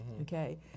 okay